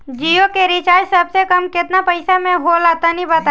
जियो के रिचार्ज सबसे कम केतना पईसा म होला तनि बताई?